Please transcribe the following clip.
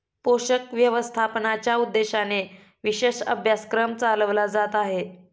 पोषक व्यवस्थापनाच्या उद्देशानेच विशेष अभ्यासक्रम चालवला जात आहे